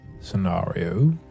scenario